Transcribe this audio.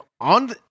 on